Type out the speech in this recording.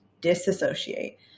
disassociate